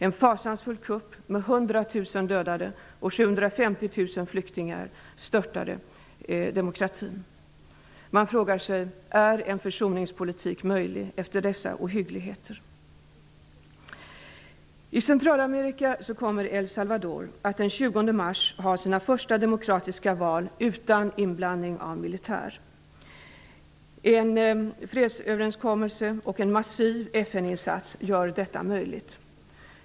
En fasansfull kupp med 100 000 dödade och 750 000 flyktingar störtade demokratin. Man frågar sig: Är en försoningspolitik möjlig efter dessa ohyggligheter? I Centralamerika kommer El Salvador att den 20 mars ha sina första demokratiska val utan inblandning av militär. En fredsöverenskommelse och en massiv FN-insats gör detta möjligt.